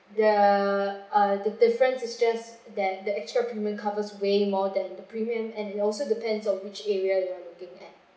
the uh the difference is just that the extra premium covers way more than the premium and it also depends on which area you are looking at